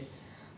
ya